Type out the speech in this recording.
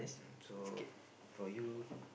so for you